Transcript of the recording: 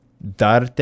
Darte